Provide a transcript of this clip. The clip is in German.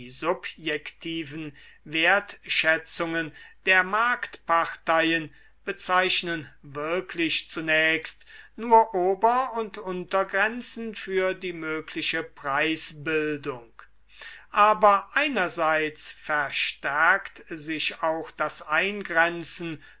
subjektiven wertschätzungen der marktparteien bezeichnen wirklich zunächst nur ober und untergrenzen für die mögliche preisbildung aber einerseits verstärkt sich auch das eingrenzen